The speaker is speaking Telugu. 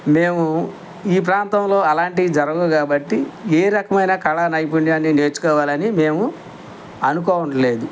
మేము ఈ ప్రాంతంలో అలాంటివి జరగవు కాబట్టి ఏ రకమైన కళా నైపుణ్యాన్ని నేర్చుకోవాలని మేము అనుకోవట్లేదు